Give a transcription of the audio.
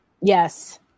Yes